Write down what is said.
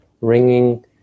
ringing